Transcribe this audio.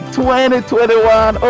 2021